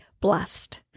Blessed